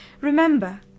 Remember